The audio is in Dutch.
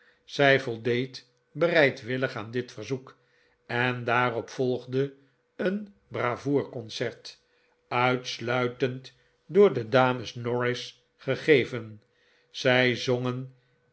zij voldeed bereidwillig aan dit verzoek en daarop volgde een bravour concert uitsluitend door de dames norris gegeven zij zongen